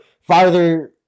farther